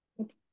okay